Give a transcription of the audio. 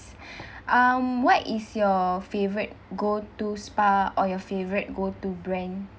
um what is your favorite go-to spa or your favorite go-to brand